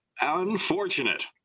unfortunate